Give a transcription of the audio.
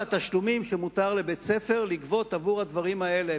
התשלומים שמותר לבית-ספר לגבות עבור הדברים האלה,